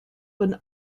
when